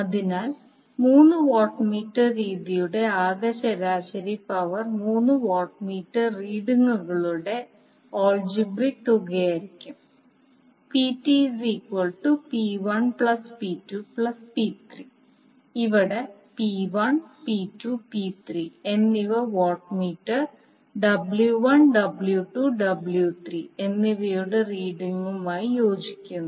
അതിനാൽ മൂന്ന് watt meter രീതിയുടെ ആകെ ശരാശരി പവർ മൂന്ന് വാട്ട് മീറ്റർ റീഡിംഗുകളുടെ ആൽജബ്റിക് തുകയായിരിക്കും ഇവിടെ പി 1 പി 2 പി 3 എന്നിവ വാട്ട്മീറ്റർ ഡബ്ല്യു 1 ഡബ്ല്യു 2 ഡബ്ല്യു 3 എന്നിവയുടെ റീഡിംഗുമായി യോജിക്കുന്നു